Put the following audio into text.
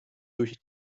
durch